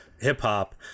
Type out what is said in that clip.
hip-hop